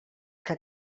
que